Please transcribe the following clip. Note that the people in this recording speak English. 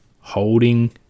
holding